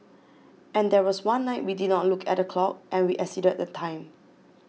and there was one night we did not look at the clock and we exceeded the time